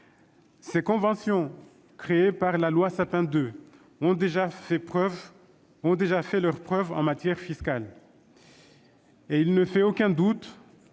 Ces conventions, créées par la loi Sapin II, ont déjà fait leurs preuves en matière fiscale. Il ne fait aucun doute